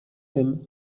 tym